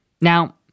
Now